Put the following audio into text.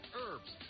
herbs